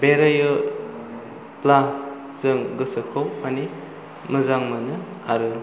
बेरायोब्ला जों गोसोखौ माने मोजां मोनो आरो